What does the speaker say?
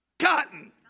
cotton